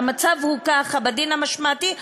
שהמצב הוא ככה בדין המשמעתי,